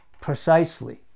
Precisely